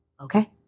okay